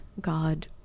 God